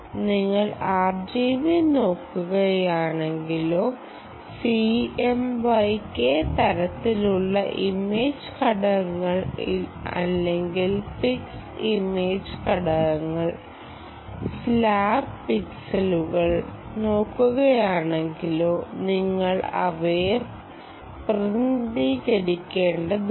നിങ്ങൾ RGB നോക്കുകയാണെങ്കിലോ CMYK തരത്തിലുള്ള ഇമേജ് ഘടകങ്ങൾ അല്ലെങ്കിൽ പിക്സൽ ഇമേജ് ഘടകങ്ങൾ സ്ലാബ് പിക്സലുകൾ നോക്കുകയാണെങ്കിലോ നിങ്ങൾ അവയെ പ്രതിനിധീകരിക്കേണ്ടതുണ്ട്